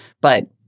But-